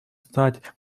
стать